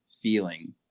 feeling